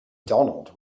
donald